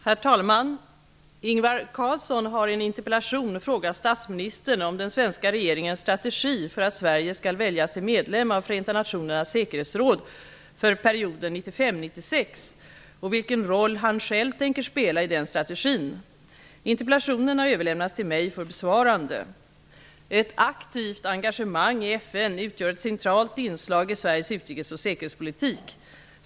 Herr talman! Ingvar Carlsson har i en interpellation frågat statsministern om den svenska regeringens strategi för att Sverige skall väljas till medlem av 1995--9196 och vilken roll han själv tänker spela i den strategin. Interpellationen har överlämnats till mig för besvarande. Ett aktivt engagemang i FN utgör ett centralt inslag i Sveriges utrikes och säkerhetspolitik.